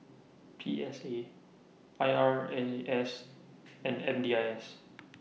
P S A I R A S and M D I S